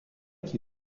qui